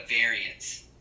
variance